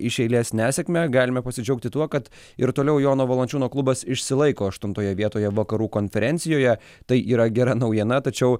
iš eilės nesėkmę galime pasidžiaugti tuo kad ir toliau jono valančiūno klubas išsilaiko aštuntoje vietoje vakarų konferencijoje tai yra gera naujiena tačiau